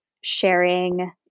sharing